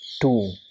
two